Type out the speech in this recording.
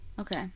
Okay